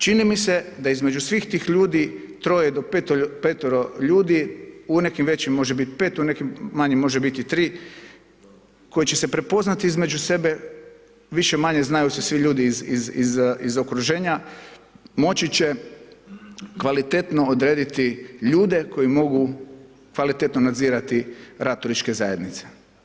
Čini mi se da između svih tih ljudi, troje do petero ljudi u nekim većim može bit pet, u nekim manjim može biti tri koje će prepoznati između sebe, više-manje znaju se svi ljudi iz okruženja, moći će kvalitetno odrediti ljude koji mogu kvalitetno nadzirati rad turističke zajednice.